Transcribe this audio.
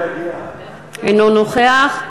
אינו נוכח.